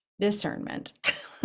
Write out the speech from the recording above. discernment